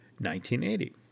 1980